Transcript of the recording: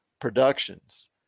productions